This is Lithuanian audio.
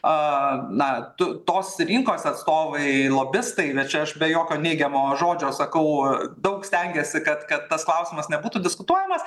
na tu tos rinkos atstovai lobistai bet aš be jokio neigiamo žodžio sakau daug stengiasi kad kad tas klausimas nebūtų diskutuojamas